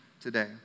today